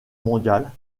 mondiale